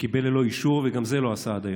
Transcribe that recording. שקיבל ללא אישור, וגם את זה הוא לא עשה עד היום.